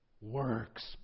works